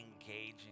engaging